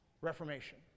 Reformation